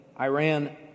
Iran